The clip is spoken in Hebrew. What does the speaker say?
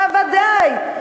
בוודאי.